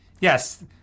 Yes